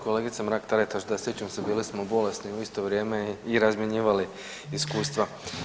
Kolegice Mrak Taritaš da sjećam se bili smo bolesni u isto vrijeme i razmjenjivali iskustva.